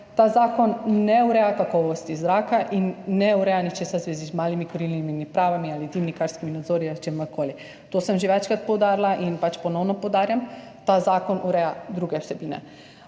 ta zakon ne ureja kakovosti zraka in ne ureja ničesar v zvezi z malimi kurilnimi napravami ali dimnikarskimi nadzori ali s čimerkoli. To sem že večkrat poudarila in ponovno poudarjam, ta zakon ureja druge vsebine.